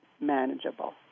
manageable